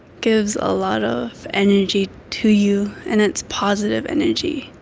gives a lot of energy to you and it's positive energy.